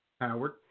Howard